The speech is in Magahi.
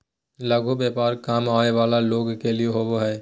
लघु व्यापार कम आय वला लोग के लिए होबो हइ